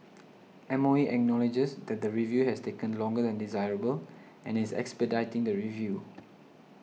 M O E acknowledges that the review has taken longer than desirable and is expediting the review